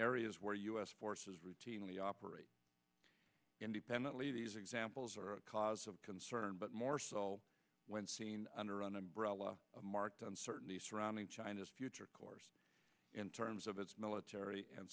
areas where u s forces routinely operate independently these examples are a cause of concern but more so when seen under an umbrella marked uncertainty surrounding china's future course in terms of its military and